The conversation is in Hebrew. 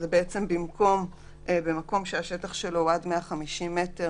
בעצם בִמְקום בְמָקום שהשטח שלו הוא עד 150 מטר